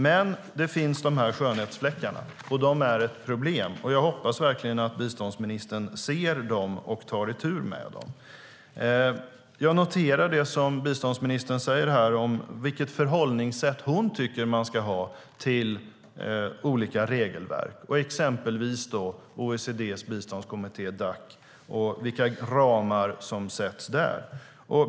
Men skönhetsfläckarna finns, och de är ett problem. Jag hoppas verkligen att biståndsministern ser dem och tar itu med dem. Jag noterar det biståndsministern säger om det förhållningssätt som hon tycker att man ska ha till olika regelverk, exempelvis till OECD:s biståndskommitté Dac, och vilka ramar som sätts.